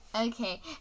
Okay